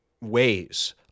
ways